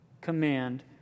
command